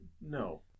No